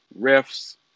refs